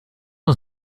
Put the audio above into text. aus